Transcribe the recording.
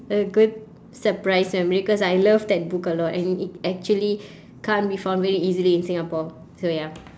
a good surprise for me cause I loved that book a lot and it actually can't be found very easily in singapore so ya